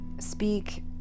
speak